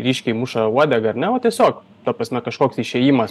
ryškiai muša uodega ar ne o tiesiog ta prasme kažkoks išėjimas